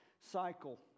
cycle